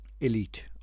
elite